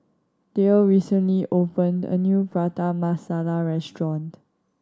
Dale recently opened a new Prata Masala restaurant